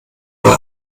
mal